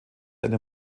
einer